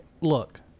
look